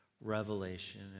revelation